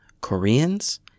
Koreans